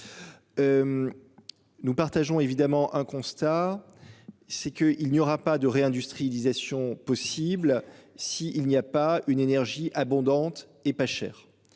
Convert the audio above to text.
Nous partageons évidemment un constat. C'est que il n'y aura pas de réindustrialisation possible si il n'y a pas une énergie abondante et pas chère,